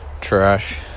trash